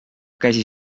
käsi